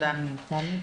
אפשר להוסיף?